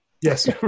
yes